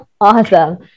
awesome